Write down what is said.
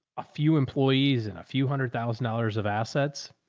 a few employees and a few hundred thousand dollars of assets.